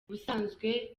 ubusanzwe